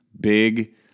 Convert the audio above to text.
Big